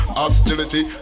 hostility